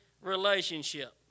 relationship